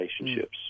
relationships